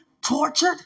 Tortured